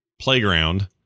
playground